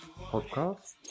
Podcast